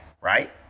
Right